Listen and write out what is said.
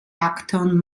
acton